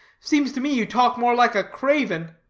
seems to me you talk more like a craven.